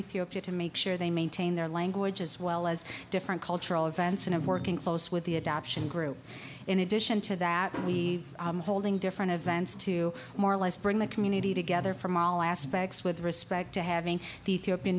ethiopia to make sure they maintain their language as well as different cultural events and of working close with the adoption group in addition to that we holding different events to more or less bring the community together from all aspects with respect to having the